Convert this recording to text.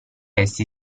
essi